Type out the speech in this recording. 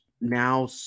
now